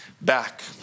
back